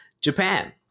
Japan